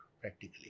practically